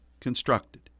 constructed